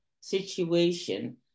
situation